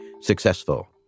successful